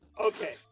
Okay